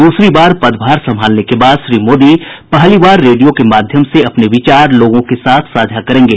दूसरी बार पदभार संभालने के बाद श्री मोदी पहली बार रेडियो के माध्यम से अपने विचार लोगों के साथ साझा करेंगे